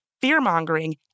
fear-mongering